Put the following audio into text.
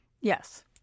Yes